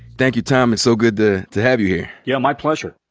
thank you, tom. it's so good to to have you here. yeah, my pleasure.